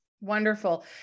Wonderful